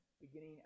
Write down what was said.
beginning